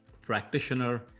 practitioner